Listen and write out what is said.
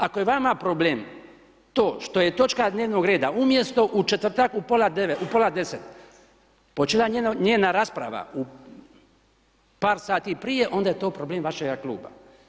Ako je vama problem, to što je točka dnevnog reda umjesto u četvrtak u pola 10, počela njena rasprava u par sati prije, onda je to problem vašega kluba.